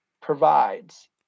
provides